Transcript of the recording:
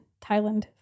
Thailand